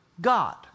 God